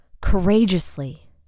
courageously